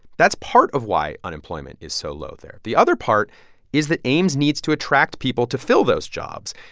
that's part of why unemployment is so low there the other part is that ames needs to attract people to fill those jobs.